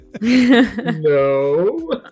No